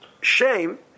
shame